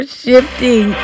shifting